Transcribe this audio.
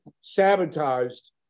sabotaged